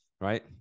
right